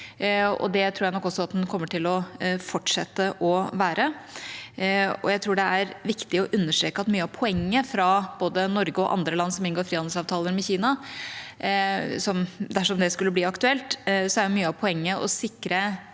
det tror jeg nok også at den kommer til å fortsette å være. Jeg tror det er viktig å understreke at mye av poenget for både Norge og andre land som inngår frihandelsavtaler med Kina – dersom det skulle bli aktuelt – er å sikre